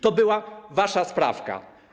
To była wasza sprawka.